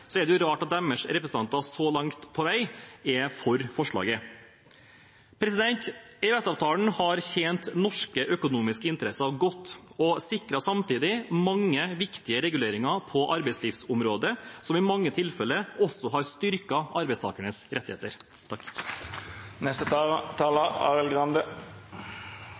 så langt på vei er for forslaget. EØS-avtalen har tjent norske økonomiske interesser godt og sikrer samtidig mange viktige reguleringer på arbeidslivsområdet, som i mange tilfeller også har styrket arbeidstakernes rettigheter.